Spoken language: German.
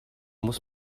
muss